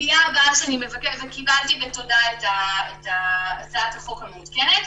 קיבלתי בתודה את הצעת החוק המעודכנת.